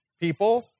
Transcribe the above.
people